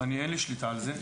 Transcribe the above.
אין לי שליטה על זה.